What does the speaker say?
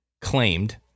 claimed